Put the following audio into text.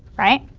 right?